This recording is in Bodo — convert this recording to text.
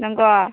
नंगौ